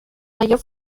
mayor